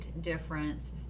difference